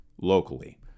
locally